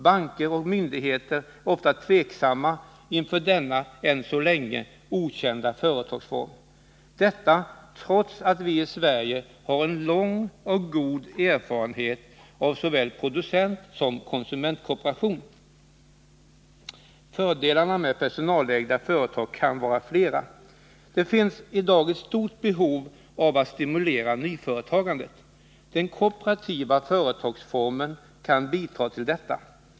Banker och myndigheter är ofta tveksamma inför denna än så länge okända företagsform —detta trots att vi i Sverige har en lång och god erfarenhet av såväl producentsom konsumentkooperation. Fördelarna med personalägda företag kan vara flera. Det finns i dag ett stort behov av att stimulera nyföretagandet. Den kooperativa företagsformen kan bidra till detta.